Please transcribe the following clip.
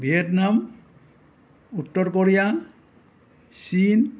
Vietnam উত্তৰ Korea চীন